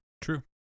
True